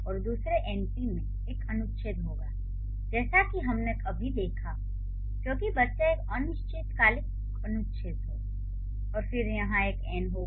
और दूसरे एनपी में एक अनुच्छेद होगा जैसा कि हमने अभी देखा क्योंकि बच्चा एक अनिश्चितकालीन अनुच्छेद है और फिर यहां एक एन होगा